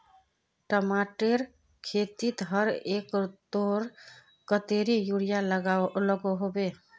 टमाटरेर खेतीत हर एकड़ोत कतेरी यूरिया लागोहो होबे?